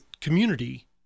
community